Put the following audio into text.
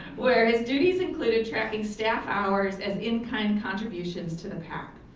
where his duties included tracking staff hours as in kind contributions to the pac.